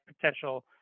potential